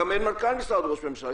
גם אין מנכ"ל משרד ראש הממשלה.